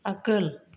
आगोल